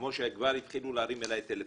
כמו שכבר התחילו להרים אלי טלפונים,